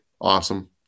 awesome